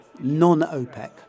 non-OPEC